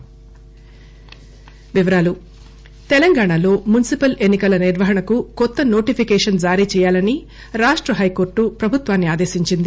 high court తెలంగాణలో municipal ఎన్ని కల నిర్వహణకు కొత్త నోటిఫికేషస్ జారీ చేయాలని రాష్ట హైకోర్టు ప్రభుత్వాన్ని ఆదేశించింది